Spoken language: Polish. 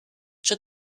czy